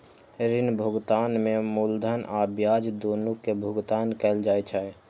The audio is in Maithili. ऋण भुगतान में मूलधन आ ब्याज, दुनू के भुगतान कैल जाइ छै